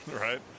Right